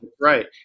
Right